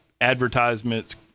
advertisements